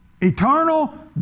Eternal